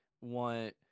want